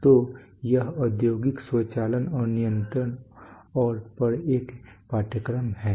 तो यह औद्योगिक स्वचालन और नियंत्रण पर एक पाठ्यक्रम है